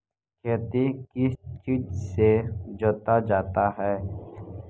खेती किस चीज से जोता जाता है?